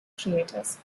creators